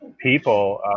people